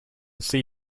see